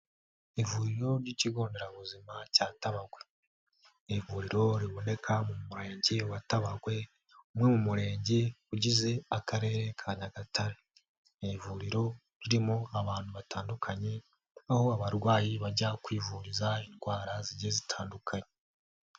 Ivuriroho ry'ikigo nderabuzima cya Tabawe, iri vuriro riboneka mu murenge wa Tabawe umwe mu murenge ugize akarere ka Nyagatare. Ni ivuriro ririmo abantu batandukanye aho abarwayi bajya kwivuriza indwara zigiye zitandukanye.